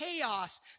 chaos